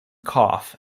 cough